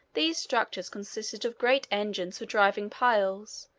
these structures consisted of great engines for driving piles,